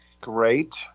Great